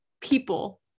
people